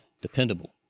dependable